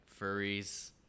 furries